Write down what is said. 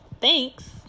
Thanks